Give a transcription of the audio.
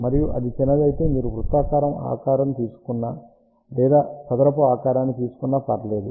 మరియు అది చిన్నదైతే మీరు వృత్తాకార ఆకారం తీసుకున్నా లేదా చదరపు ఆకారాన్ని తీసుకున్నా పర్వాలేదు